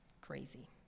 crazy